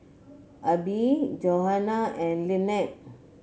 Abie Johannah and Lynnette